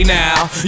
now